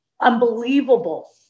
unbelievable